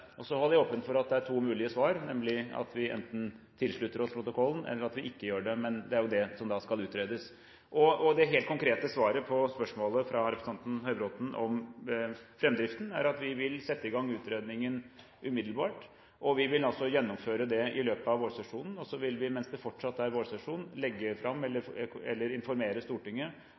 løp. Så er jeg åpen for at det er to mulige svar, nemlig enten at vi tilslutter oss protokollen, eller at vi ikke gjør det. Men det er jo det som skal utredes. Det helt konkrete svaret på spørsmålet fra representanten Høybråten om framdriften, er at vi vil sette i gang utredningen umiddelbart, og vi vil gjennomføre det i løpet av vårsesjonen. Så vil vi, mens det fortsatt er vårsesjon, legge fram for eller informere Stortinget